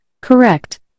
Correct